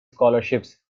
scholarships